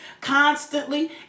constantly